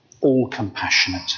all-compassionate